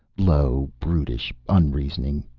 low, brutish, unreasoning.